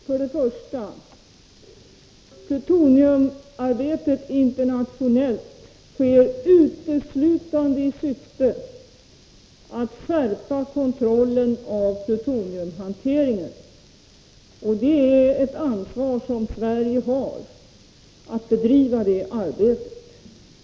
Herr talman! För det första: Plutoniumarbetet internationellt sker uteslutande i syfte att skärpa kontrollen av plutoniumhanteringen. Det är ett ansvar som Sverige har att bedriva det arbetet.